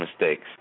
mistakes